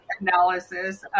analysis